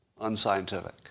unscientific